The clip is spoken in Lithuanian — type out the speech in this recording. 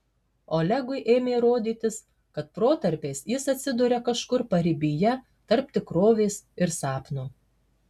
olegui ėmė rodytis kad protarpiais jis atsiduria kažkur paribyje tarp tikrovės ir sapno